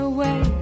Away